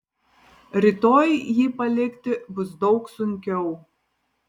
rytoj jį palikti bus daug sunkiau